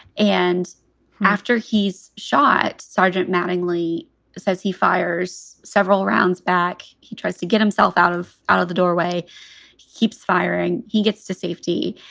and after he's shot, sergeant mattingly says he fires several rounds back. he tries to get himself out of out of the doorway. he keeps firing. he gets to safety.